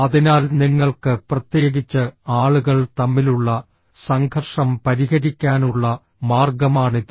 അതിനാൽ നിങ്ങൾക്ക് പ്രത്യേകിച്ച് ആളുകൾ തമ്മിലുള്ള സംഘർഷം പരിഹരിക്കാനുള്ള മാർഗ്ഗമാണിത്